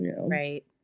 Right